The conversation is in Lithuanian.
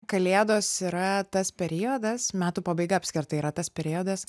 kalėdos yra tas periodas metų pabaiga apskritai yra tas periodas